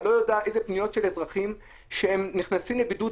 אתה לא יודע איזה פניות יש של אזרחים שנכנסים לבידוד.